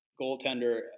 goaltender